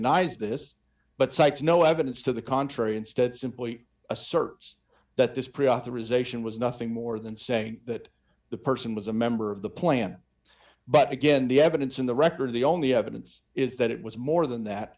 s this but cites no evidence to the contrary instead simply asserts that this pre authorization was nothing more than saying that the person was a member of the plant but again the evidence in the record the only evidence is that it was more than that